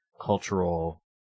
cultural